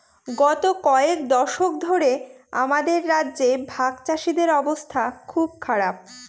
গত কয়েক দশক ধরে আমাদের রাজ্যে ভাগচাষীদের অবস্থা খুব খারাপ